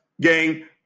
gang